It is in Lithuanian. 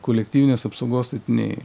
kolektyvinės apsaugos statiniai